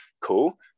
Cool